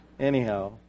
Anyhow